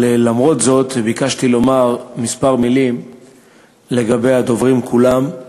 אבל למרות זאת ביקשתי לומר כמה מילים על הדוברים כולם,